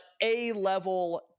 A-level